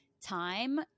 time